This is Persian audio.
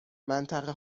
منطقه